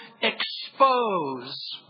expose